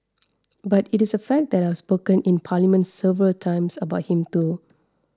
but it is a fact that I have spoken in parliament several times about him too